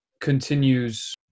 continues